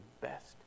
best